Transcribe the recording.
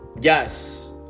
Yes